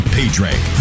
PageRank